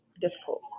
difficult